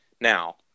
now